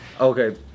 Okay